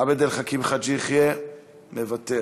עבד אל חכים חאג' יחיא, מוותר,